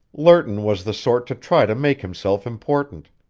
lerton was the sort to try to make himself important,